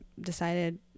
decided